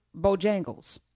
Bojangles